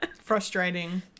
Frustrating